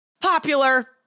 popular